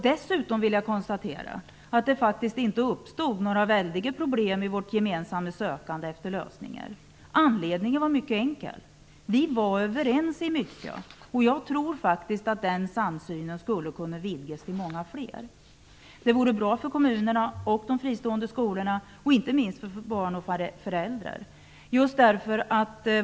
Dessutom uppstod det faktiskt inte några väldiga problem i vårt gemensamma sökande efter lösningar. Anledningen var mycket enkel; vi var överens om mycket. Jag tror att den samsynen skulle kunna vidgas till att omfatta många fler. Det vore bra för kommunerna, för de fristående skolorna och inte minst för barn och föräldrar.